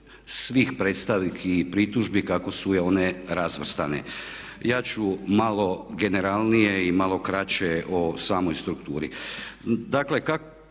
svih predstavki i pritužbi kako su one razvrstane. Ja ću malo generalnije i malo kraće o samoj strukturi.